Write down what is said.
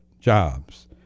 jobs